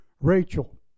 Rachel